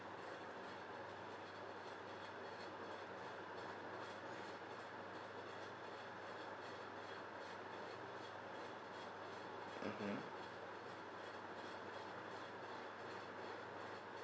mmhmm